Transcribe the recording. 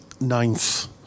ninth